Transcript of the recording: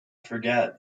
forget